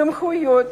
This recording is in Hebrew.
סמכויות